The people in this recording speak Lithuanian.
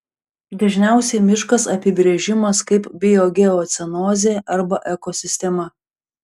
dažniausiai miškas apibrėžimas kaip biogeocenozė arba ekosistema